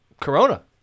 Corona